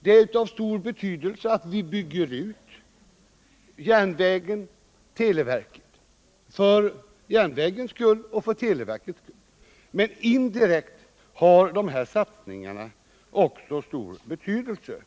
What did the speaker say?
Det är av stor betydelse att vi bygger ut järnvägen och televerket, för järnvägens och för televerkets skull, men indirekt har dessa satsningar också stor betydelse